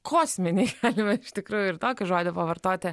kosminiai galima iš tikrųjų ir tokį žodį pavartoti